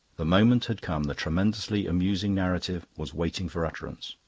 the moment had come the tremendously amusing narrative was waiting for utterance.